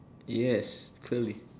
yes clearly